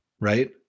right